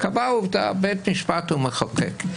בית המשפט הוא מחוקק.